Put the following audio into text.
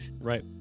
Right